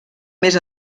més